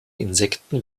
insekten